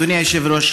אדוני היושב-ראש,